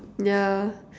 yeah